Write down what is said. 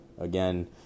again